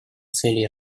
целей